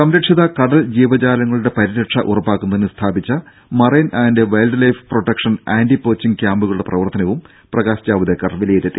സംരക്ഷിത കടൽ ജീവജാലങ്ങളുടെ പരിരക്ഷ ഉറപ്പാക്കുന്നതിന് സ്ഥാപിച്ച marine and wildlife protection anti poaching ക്യാമ്പുകളുടെ പ്രവർത്തനവും പ്രകാശ് ജാവ്ദേക്കർ വിലയിരുത്തി